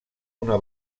una